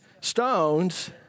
stones